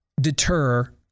deter